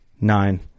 Nine